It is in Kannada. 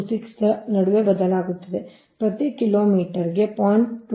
26 ರ ನಡುವೆ ಬದಲಾಗುತ್ತದೆ ಪ್ರತಿ ಕಿಲೋಮೀಟರ್ಗೆ 0